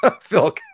Phil